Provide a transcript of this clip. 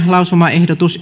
lausumaehdotuksen